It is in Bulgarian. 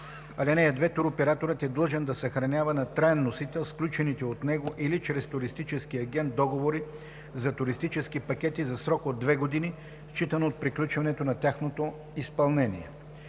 пакет. (2) Туроператорът е длъжен да съхранява на траен носител сключените от него или чрез туристически агент договори за туристически пакети за срок от две години, считано от приключването на тяхното изпълнение.“